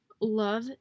love